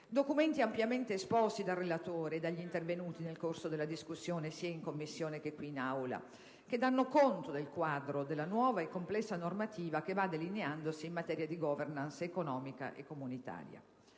documenti ampiamente esposti dal relatore e dagli intervenuti nel corso della discussione, sia in Commissione che qui in Aula, che danno conto del quadro della nuova e complessa normativa che va delineandosi in materia di *governance* economica comunitaria.